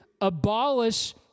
abolish